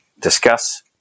discuss